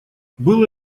было